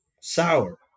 sour